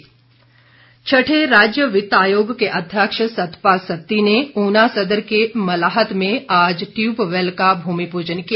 सत्ती छठे राज्य वित्तायोग के अध्यक्ष सतपाल सत्ती ने ऊना सदर के मलाहत में आज टयूबवैल का भूमि पूजन किया